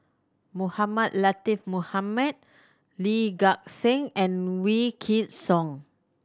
Mohamed Latiff Mohamed Lee Gek Seng and Wykidd Song